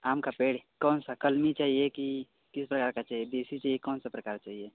आम का पेड़ कौन सा कलमी चाहिए कि किस प्रकार का चाहिए देसी चाहिए कौन सा प्रकार का चाहिए